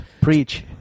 Preach